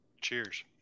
cheers